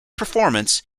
performance